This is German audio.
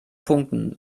punkten